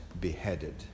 beheaded